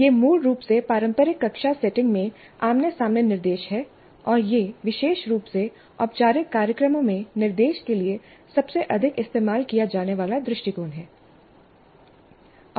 यह मूल रूप से पारंपरिक कक्षा सेटिंग में आमने सामने निर्देश है और यह विशेष रूप से औपचारिक कार्यक्रमों में निर्देश के लिए सबसे अधिक इस्तेमाल किया जाने वाला दृष्टिकोण है